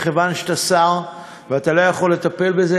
מכיוון שאתה שר ואתה לא יכול לטפל בזה,